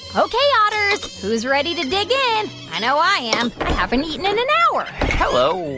ok, otters. who's ready to dig in? i know i am. i haven't eaten in an hour hello.